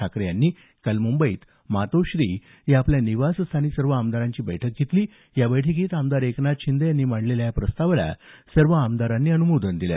ठाकरे यांनी काल मुंबईत मातोश्री या आपल्या निवासस्थानी सर्व आमदारांची बैठक घेतली या बैठकीत आमदार एकनाथ शिंदे यांनी मांडलेल्या या प्रस्तावाला सर्व आमदारांनी अनुमोदन दिलं